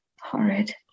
horrid